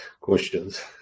questions